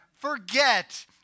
Forget